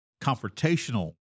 confrontational